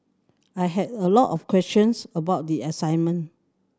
I had a lot of questions about the assignment